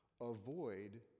Avoid